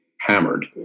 hammered